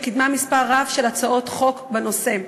שקידמה מספר רב של הצעות חוק בנושא.